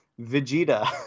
vegeta